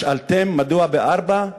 שאלתם מדוע בארבע?